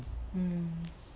mm